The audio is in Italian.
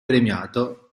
premiato